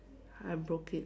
I broke it